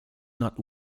not